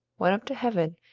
went up to heaven,